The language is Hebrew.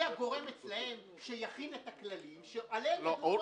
הגורם אצלם שיכין את הכללים שעליהם ידונו במועצה.